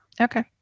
okay